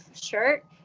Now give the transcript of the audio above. shirt